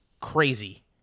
crazy